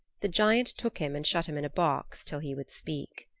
the giant took him and shut him in a box till he would speak.